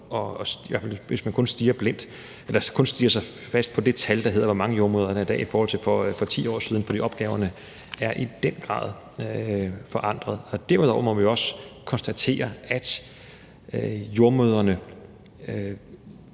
hvis man stirrer sig blind på det tal, der dækker over, hvor mange jordemødre der er i dag i forhold til for 10 år siden, for opgaverne er i den grad forandrede. Derudover må vi jo også konstatere, at mange